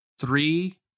three